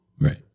right